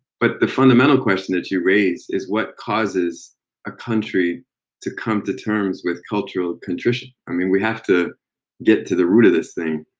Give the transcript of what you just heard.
but the fundamental question that you raise is, what causes a country to come to terms with cultural contrition i mean we have to get to the root of this thing.